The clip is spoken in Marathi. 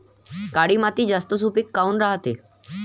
काळी माती जास्त सुपीक काऊन रायते?